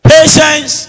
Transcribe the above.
Patience